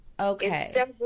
Okay